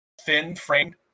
thin-framed